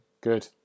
good